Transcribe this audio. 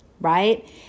right